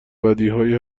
بدیهایی